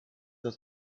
das